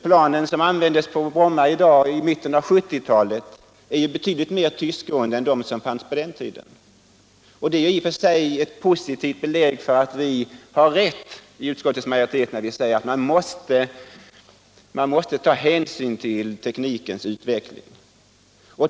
Planen som används på Bromma i dag, i mitten av 1970-talet, är betydligt mer tystgående än de som fanns på den tiden. Det är i och för sig ett positivt belägg för att vi i utskottsmajoriteten har rätt när vi säger att man måste ta hänsyn till teknikens utveckling.